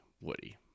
Woody